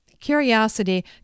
Curiosity